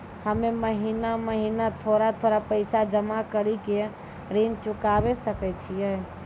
हम्मे महीना महीना थोड़ा थोड़ा पैसा जमा कड़ी के ऋण चुकाबै सकय छियै?